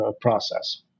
process